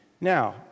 Now